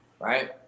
Right